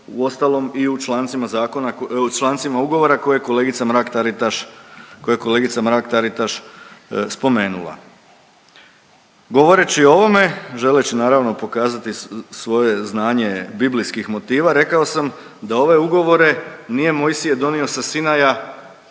kolegica Mrak-Taritaš, koje je kolegica Mrak-Taritaš spomenula. Govoreći o ovome, želeći naravno pokazati svoje znanje biblijskih motiva rekao sam da ove ugovore nije Mojsije donio sa Sinaja